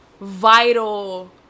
vital